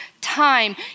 time